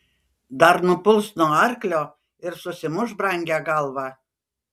dar nupuls nuo arklio ir susimuš brangią galvą